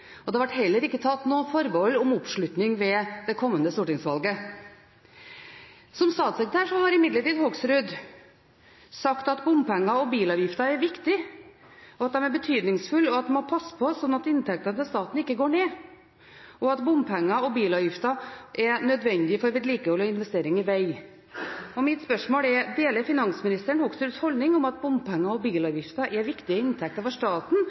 og det ble heller ikke tatt noe forbehold om oppslutning ved det kommende stortingsvalget. Som statssekretær har imidlertid Hoksrud sagt at bompenger og bilavgifter er viktige og betydningsfulle, at man må passe på at inntektene til staten ikke går ned, og at bompenger og bilavgifter er nødvendige for vedlikehold og investering i veg. Mitt spørsmål er: Deler finansministeren Hoksruds holdning om at bompenger og bilavgifter er viktige inntekter for staten,